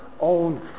own